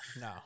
no